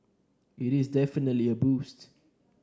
it is definitely a boost